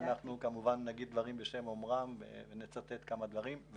כמובן שאנחנו נגיד דברים בשם אומרם ונצטט כמה דברים.